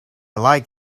like